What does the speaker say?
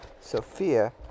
Sophia